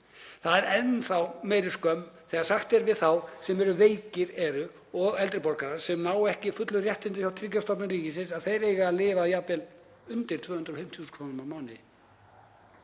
Það er enn þá meiri skömm þegar sagt er við þá sem veikir eru og eldri borgarar og ná ekki fullum réttindum hjá Tryggingastofnun ríkisins að þeir eigi að lifa jafnvel á undir 250.000 kr. á mánuði.